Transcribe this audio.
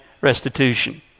restitution